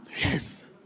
Yes